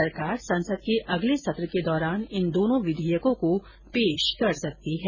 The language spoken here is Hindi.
सरकार संसद के अगले सत्र के दौरान इन दोनों विधेयकों को पेश कर सकती है